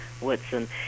Woodson